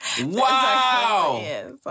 Wow